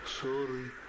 Sorry